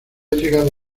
llegado